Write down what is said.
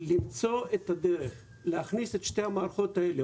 למצוא את הדרך להכניס את שתי המערכות האלה.